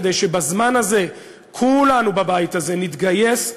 כדי שבזמן הזה כולנו בבית הזה נתגייס,